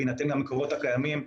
בהינתן המקורות הקיימים,